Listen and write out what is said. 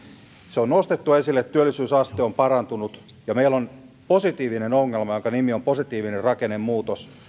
se on nostettu esille työllisyysaste on parantunut ja meillä on positiivinen ongelma jonka nimi on positiivinen rakennemuutos